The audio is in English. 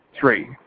three